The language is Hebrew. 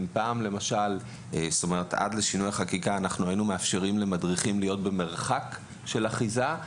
אם עד לשינוי החקיקה היינו מאפשרים למדריכים להיות במרחק של אחיזה,